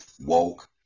woke